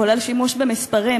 כולל שימוש במספרים,